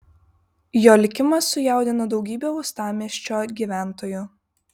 jo likimas sujaudino daugybę uostamiesčio gyventojų